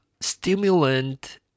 Stimulant